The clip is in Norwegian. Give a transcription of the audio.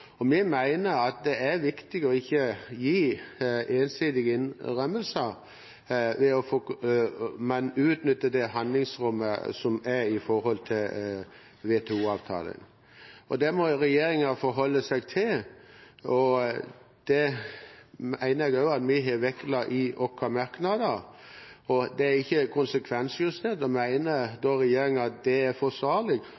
WTO-forhandlingene. Vi mener det er viktig ikke å gi ensidige innrømmelser, men heller utnytte det handlingsrommet som er der når det gjelder WTO-avtalen. Det må regjeringen forholde seg til, og jeg mener også at vi har vektlagt det i våre merknader. Det er ikke konsekvensutredet, og